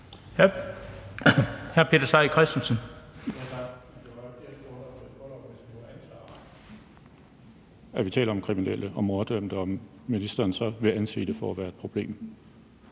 hr. Peter Seier Christensen.